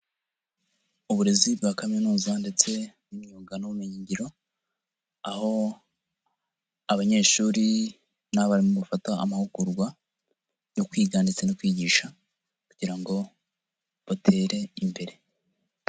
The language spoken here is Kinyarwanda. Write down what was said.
Uburezi bwa kaminuza ndetse n'imyuga n'ubumenyingiro, aho abanyeshuri n'abarimu bafata amahugurwa yo kwiga ndetse no kwigisha kugira ngo butere imbere.